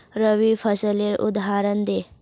रवि फसलेर उदहारण दे?